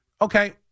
okay